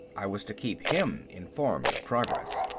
i was to keep him informed of progress.